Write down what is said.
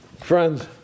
friends